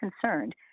concerned